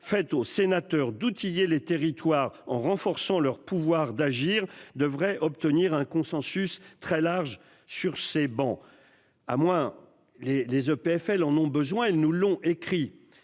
faite aux sénateurs d'outiller les territoires en renforçant leur pouvoir d'agir, devrait obtenir un consensus très large sur ces bancs. À moins les les EPFL en ont besoin, ils nous l'ont écrit.